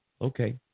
okay